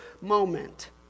moment